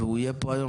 הוא יהיה פה היום.